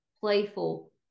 playful